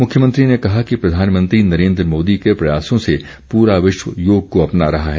मुख्यमंत्री ने कहा कि प्रधानमंत्री नरेन्द्र मोदी के प्रयासों से पूरा विश्व योग को अपना रहा है